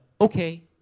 okay